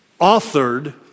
authored